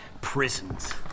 Prisons